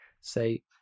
say